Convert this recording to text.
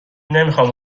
نمیخام